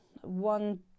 one